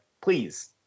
please